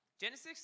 genesis